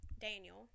daniel